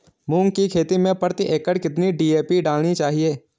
मूंग की खेती में प्रति एकड़ कितनी डी.ए.पी डालनी चाहिए?